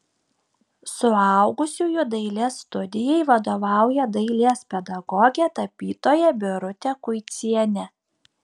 suaugusiųjų dailės studijai vadovauja dailės pedagogė tapytoja birutė kuicienė